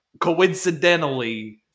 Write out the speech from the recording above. coincidentally